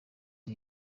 iri